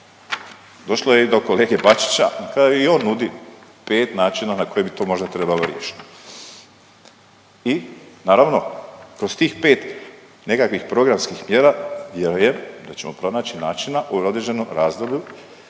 došlo je i do kolege Bačića na kraju i on nudi pet načina na koji bi to možda trebalo riješiti. I naravno kroz tih pet nekakvih programskih mjera vjerujem da ćemo pronaći načina u određenom razdoblju